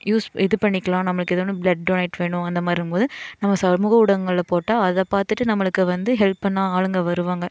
use இது பண்ணிக்கிலாம் நம்மளுக்கு ஏதேனும் ப்ளட் டொனேட் வேணும் அந்த மாரிங்போது நம்ம சமூக ஊடங்களில் போட்டால் அதை பார்த்துட்டு நம்மளுக்கு வந்து ஹெல்ப் பண்ண ஆளுங்கள் வருவாங்க